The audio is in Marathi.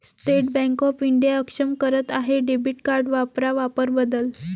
स्टेट बँक ऑफ इंडिया अक्षम करत आहे डेबिट कार्ड वापरा वापर बदल